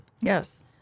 Yes